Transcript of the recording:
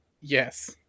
Yes